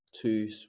two